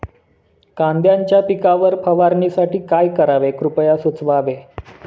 कांद्यांच्या पिकावर फवारणीसाठी काय करावे कृपया सुचवावे